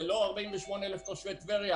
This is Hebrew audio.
זה לא 48 אלף תושבי טבריה.